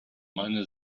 meine